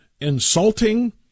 insulting